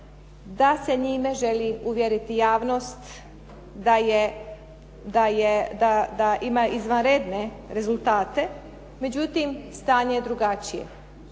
da se njime želi uvjeriti javnost da ima izvanredne rezultate, međutim stanje je drugačije.